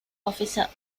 އޮފިސަރ